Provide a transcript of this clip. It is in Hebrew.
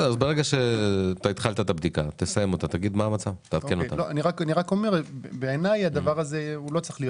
תסיים את הבדיקה ותעדכן אותנו מה המצב.